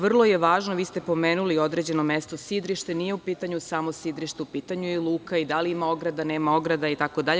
Vrlo je važno, vi ste pomenuli određeno mesto sidrište, nije u pitanju samo sidrište, u pitanju je luka, da li ima ograde, nema ograde itd.